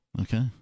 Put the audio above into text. Okay